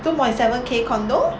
two point seven K condominium